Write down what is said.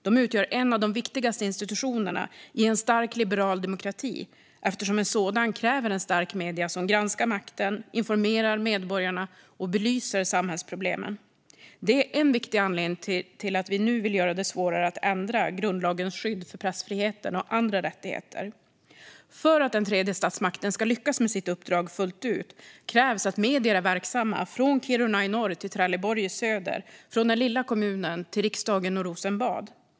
De utgör en av de viktigaste institutionerna i en stark liberal demokrati, eftersom en sådan kräver starka medier som granskar makten, informerar medborgarna och belyser samhällsproblem. Det är en viktig anledning till att vi nu vill göra det svårare att ändra grundlagens skydd för pressfriheten och andra rättigheter. För att den tredje statsmakten ska lyckas med sitt uppdrag fullt ut krävs att medier är verksamma från Kiruna i norr till Trelleborg i söder, från den lilla kommunen till riksdagen och Rosenbad.